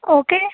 okay